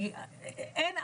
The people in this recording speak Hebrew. אין,